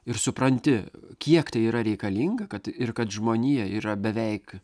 ir supranti kiek tai yra reikalinga kad ir kad žmonija yra beveik